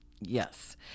Yes